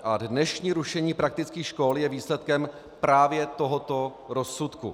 A dnešní rušení praktických škol je výsledkem právě tohoto rozsudku.